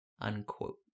unquote